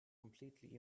completely